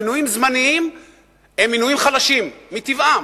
מינויים זמניים הם מינויים חלשים מטבעם,